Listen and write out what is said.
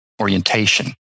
orientation